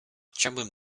chciałbym